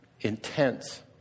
intense